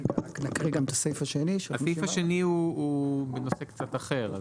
הסעיף השני הוא בנושא קצת אחר,